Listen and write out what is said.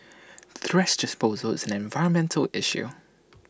thrash disposal is an environmental issue